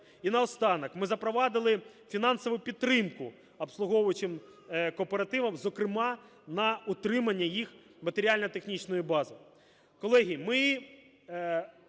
І наостанок, ми запровадили фінансову підтримку обслуговуючим кооперативам, зокрема на утримання їх матеріально-технічної бази. Колеги, ми